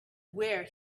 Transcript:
where